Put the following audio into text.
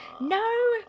no